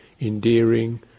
endearing